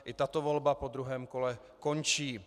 I tato volba po druhém kole končí.